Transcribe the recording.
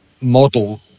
model